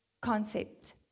concept